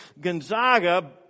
Gonzaga